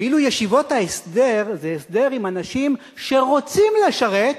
ואילו ישיבות ההסדר זה הסדר עם אנשים שרוצים לשרת,